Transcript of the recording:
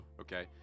Okay